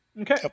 Okay